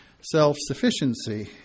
self-sufficiency